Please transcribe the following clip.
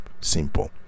simple